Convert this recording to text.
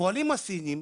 הפועלים הסינים,